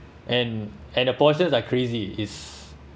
and and the portions are crazy is